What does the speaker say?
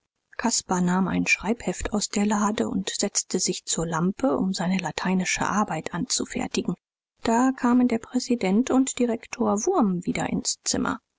nahm ein schreibheft aus der lade und setzte sich zur lampe um seine lateinische arbeit anzufertigen da kamen der präsident und direktor wurm wieder ins zimmer